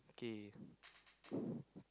okay